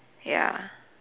ya